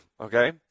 okay